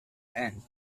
end